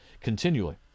continually